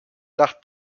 nach